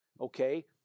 okay